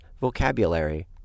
vocabulary